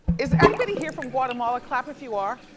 is anybody here from guatemala? clap if you are.